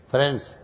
Friends